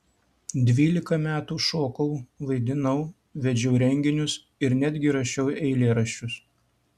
dvylika metų šokau vaidinau vedžiau renginius ir netgi rašiau eilėraščius